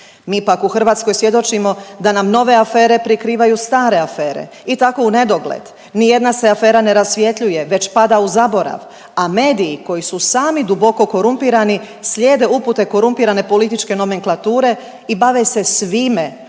Mi pak u Hrvatskoj svjedočimo da nam nove afere prikrivaju stare afere i tako u nedogled. Ni jedna se afera ne rasvjetljuje već pada u zaborav, a mediji koji su sami duboko korumpirani slijede upute korumpirane političke nomenklature i bave se svime